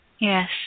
Yes